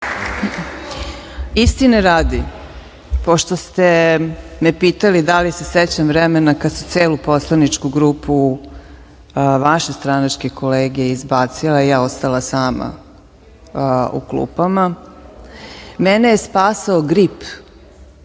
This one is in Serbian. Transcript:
Istine radi, pošto ste me pitali da li sećam vremena kad su celu poslaničku grupu vaše stranačke kolege izbacile, a ja ostala sama u klupama, mene je spasao grip.